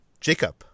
Jacob